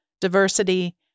Diversity